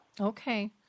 Okay